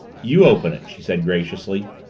you open it, she said graciously.